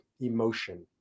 emotion